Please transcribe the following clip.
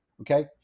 okay